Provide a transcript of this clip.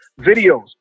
videos